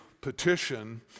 petition